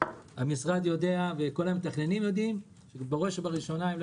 המשרד יודע וכל המתכננים יודעים שבראש ובראשונה הם לא